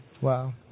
Wow